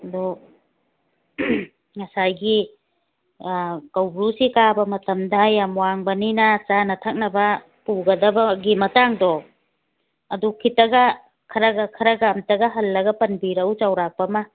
ꯑꯗꯣ ꯉꯁꯥꯏꯒꯤ ꯀꯧꯕ꯭ꯔꯨꯁꯦ ꯀꯥꯕ ꯃꯇꯝꯗ ꯌꯥꯝ ꯋꯥꯡꯕꯅꯤꯅ ꯆꯥꯅ ꯊꯛꯅꯕ ꯄꯨꯒꯗꯕꯒꯤ ꯃꯇꯥꯡꯗꯣ ꯑꯗꯨ ꯈꯤꯇꯒ ꯈꯔꯒ ꯈꯔꯒ ꯑꯝꯇꯒ ꯍꯜꯂꯒ ꯄꯟꯕꯤꯔꯛꯎ ꯆꯧꯔꯥꯛꯄ ꯑꯃ